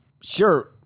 sure